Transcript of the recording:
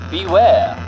Beware